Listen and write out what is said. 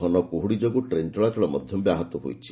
ଘନ କୁହୁଡ଼ି ଯୋଗୁଁ ଟ୍ରେନ୍ ଚଳାଚଳ ମଧ୍ୟ ବ୍ୟାହତ ହୋଇଛି